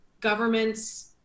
governments